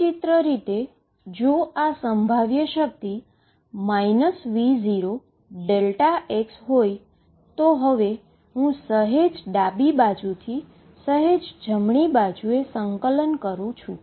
સચિત્ર રીતે જો આ પોટેંશિઅલ V0x હોય તો હવે હુ સહેજ ડાબેથી સહેજ જમણી બાજુ એ ઈન્ટીગ્રેટીંગ કરું છું